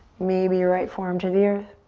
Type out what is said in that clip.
maybe right forearm to the earth.